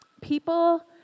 people